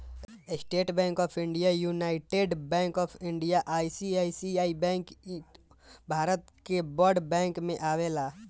estate bank of India, united bank of India, ICICI bank Bharat के बड़ bank में आवेला